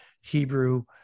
Hebrew